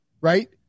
right